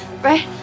Right